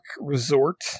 resort